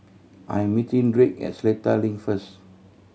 I am meeting Drake at Seletar Link first